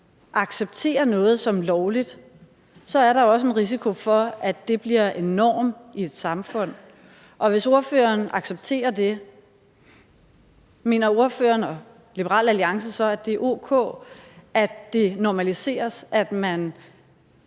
accepterer noget som lovligt, så er der også en risiko for, at det bliver en norm i et samfund? Og hvis ordføreren anerkender det, vil jeg spørge, om ordføreren og Liberal Alliance så mener, at det er o.k., at det normaliseres, at man